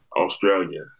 Australia